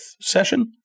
session